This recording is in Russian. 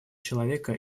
человека